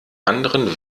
anderen